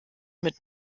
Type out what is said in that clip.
mit